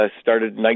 started